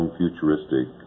futuristic